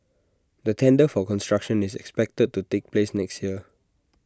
the tender for construction is expected to take place next year